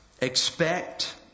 expect